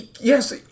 Yes